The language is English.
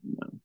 no